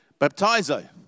Baptizo